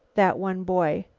that one boy.